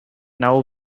now